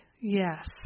Yes